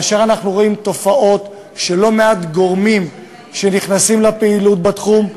ואנחנו רואים תופעות של לא-מעט גורמים שנכנסים לפעילות בתחום,